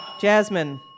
Jasmine